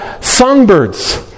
songbirds